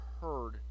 heard